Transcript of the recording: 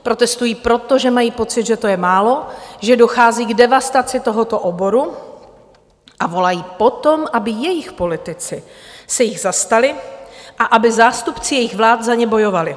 Protestují proto, že mají pocit, že to je málo, že dochází k devastaci tohoto oboru, a volají po tom, aby jejich politici se jich zastali a aby zástupci jejich vlád za ně bojovali.